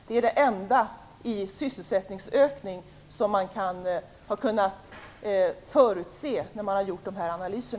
Det är den enda sysselsättningsökning som man har kunnat förutse när man har gjort dessa analyser.